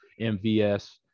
MVS